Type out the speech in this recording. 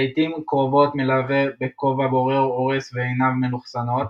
לעיתים קרובות מלווה בכובע בורר אורז ועיניו מלוכסנות.